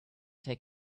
take